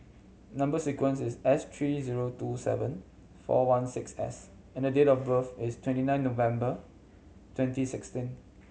number sequence is S three zero two seven four one six S and the date of birth is twenty nine November twenty sixteen